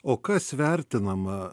o kas vertinama